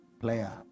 player